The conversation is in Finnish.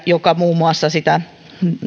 joka muun muassa sitä